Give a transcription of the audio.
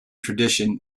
tradition